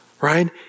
right